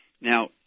Now